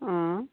অঁ